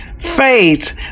faith